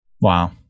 Wow